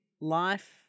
life